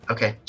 Okay